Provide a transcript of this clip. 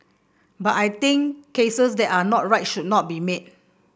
but I think cases that are not right should not be made